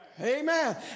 Amen